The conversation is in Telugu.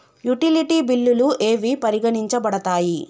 యుటిలిటీ బిల్లులు ఏవి పరిగణించబడతాయి?